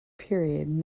period